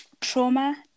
trauma